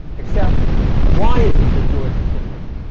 except why is it that george is different?